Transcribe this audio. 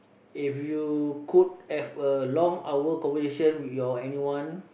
if you could have a long hour conversation with your anyone